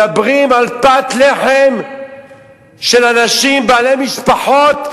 מדברים על פת לחם של אנשים בעלי משפחות,